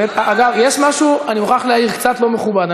אגב, יש משהו, אני מוכרח להעיר, קצת לא מכובד.